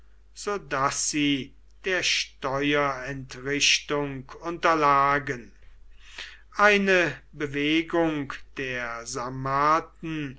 so daß sie der steuerentrichtung unterlagen eine bewegung der